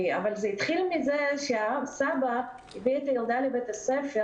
אבל הסיפור התחיל מכך שהסבא הביא את הילדה לבית הספר